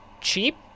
cheap